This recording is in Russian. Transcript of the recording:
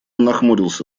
нахмурился